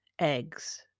eggs